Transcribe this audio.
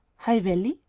high valley?